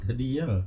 tadi ah